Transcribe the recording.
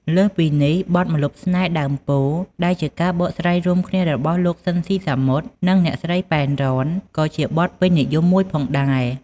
លើសពីនេះ បទ "ម្លប់ស្នេហ៍ដើមពោធិ៍" ដែលជាការបកស្រាយរួមគ្នារវាងលោក ស៊ីន ស៊ីសាមុត និងអ្នកស្រី ប៉ែន រ៉ន ក៏ជាបទពេញនិយមមួយផងដែរ។